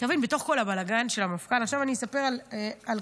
אתה מבין, עכשיו אני אספר על קובי,